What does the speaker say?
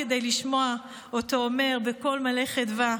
כדי לשמוע אותו אומר בקול מלא חדווה: